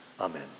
Amen